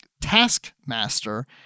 taskmaster